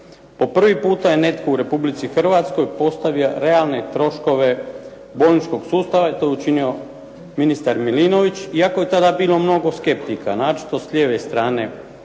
Po prvi puta je netko u Republici Hrvatskoj postavio realne troškove bolničkog sustava i to je učinio ministar Milinović iako je tada bilo mnogo skeptika naročito s lijeve strane